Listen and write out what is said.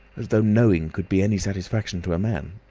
as though knowing could be any satisfaction to a man!